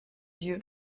dieu